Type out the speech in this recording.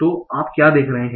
तो आप क्या देख रहे हैं